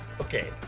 Okay